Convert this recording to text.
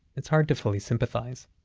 it's hard to fully sympathize.